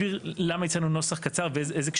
שצריך להישאר בנוסח שאנחנו מציעים.